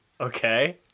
Okay